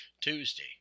Tuesday